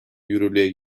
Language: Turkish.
yürürlüğe